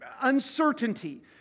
uncertainty